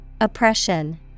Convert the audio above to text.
Oppression